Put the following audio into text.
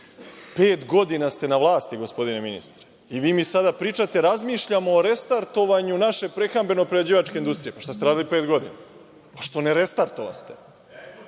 godina ste na vlasti gospodine ministre i vi mi sada pričate, razmišljamo o restartovanju naše prehrambeno-prerađivačke industrije. Pa, šta ste radili pet godina? Što ne restartovaste? Dakle,